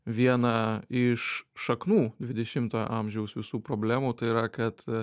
vieną iš šaknų dvidešimto amžiaus visų problemų tai yra kad